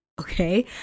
Okay